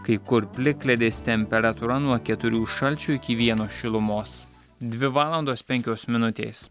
kai kur plikledis temperatūra nuo keturių šalčio iki vieno šilumos dvi valandos penkios minutės